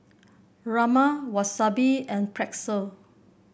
Rajma Wasabi and Pretzel